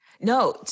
No